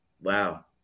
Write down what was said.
Wow